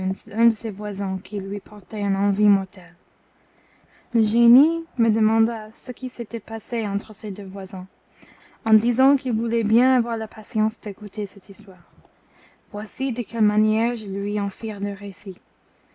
un de ses voisins qui lui portait une envie mortelle le génie me demanda ce qui s'était passé entre ces deux voisins en disant qu'il voulait bien avoir la patience d'écouter cette histoire voici de quelle manière je lui en